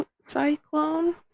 cyclone